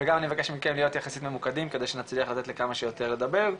וגם אני מבקש מכם להיות יחסית ממוקדים כדי שנצליח לתת לכמה שיותר לדבר,